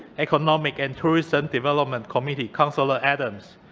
economic and tourism development committee, councillor adams.